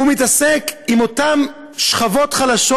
הוא מתעסק עם אותן שכבות חלשות,